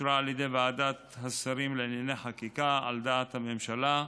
אושר על ידי ועדת השרים לענייני חקיקה על דעת הממשלה,